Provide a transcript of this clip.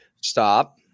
stop